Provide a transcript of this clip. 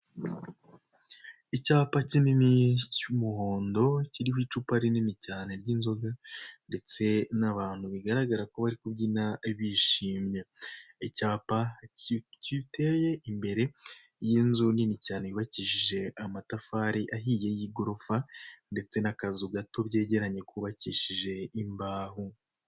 Icyapa kinini cy'umuhondo kiriho icupa rinini cyane ry'inzoga ndetse n'abantu, bigaragara ko bari kubyina bishimye, icyapa giteye imbere y'inzu nini cyane yubakishije amatafari ahiye y'igorofa ndetse n'akazu gato byegeranye kubabakishije imbaho.